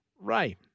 Ray